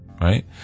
Right